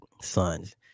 sons